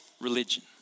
religion